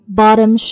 bottom